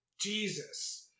Jesus